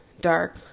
dark